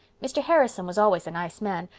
mr. harrison was always a nice man,